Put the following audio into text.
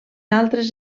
altres